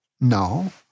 no